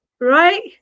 right